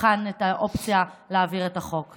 נבחן את האופציה להעביר את החוק.